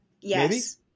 Yes